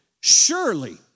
Surely